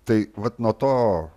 tai vat nuo to